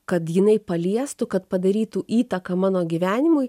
kad jinai paliestų kad padarytų įtaką mano gyvenimui